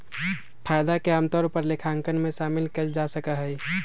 फायदा के आमतौर पर लेखांकन में शामिल कइल जा सका हई